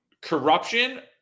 corruption